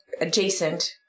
adjacent